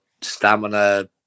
stamina